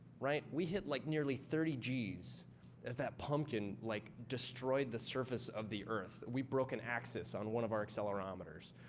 right? we hit like nearly thirty g's as that pumpkin like destroyed the surface of the earth. we broke an axis on one of our accelerometers.